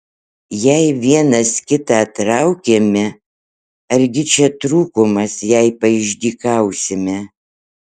jei vienas kitą traukiame argi čia trūkumas jei paišdykausime